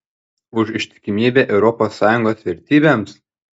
už ištikimybę europos sąjungos vertybėms